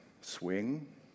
swing